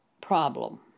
problem